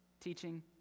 teaching